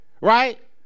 right